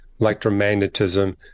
electromagnetism